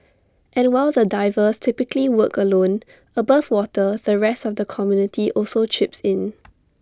and while the divers typically work alone above water the rest of the community also chips in